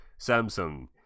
Samsung